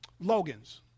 Logan's